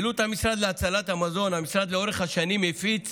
פעילות המשרד להצלת המזון: לאורך השנים המשרד הפיץ